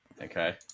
Okay